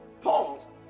Paul